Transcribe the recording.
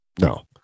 no